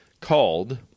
called